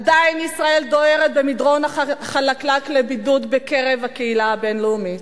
עדיין ישראל דוהרת במדרון החלקלק לבידוד בקרב הקהילה הבין-לאומית,